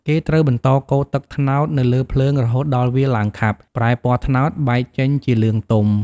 គេត្រូវបន្តកូរទឹកត្នោតនៅលើភ្លើងរហូតដល់វាឡើងខាប់ ប្រែពណ៌ត្នោតបែកចេញជាលឿងទុំ។